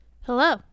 Hello